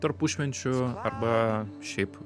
tarpušvenčiu arba šiaip